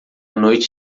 noite